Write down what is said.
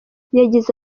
yagize